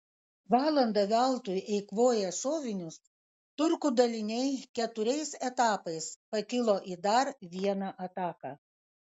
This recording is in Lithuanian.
valandą veltui eikvoję šovinius turkų daliniai keturiais etapais pakilo į dar vieną ataką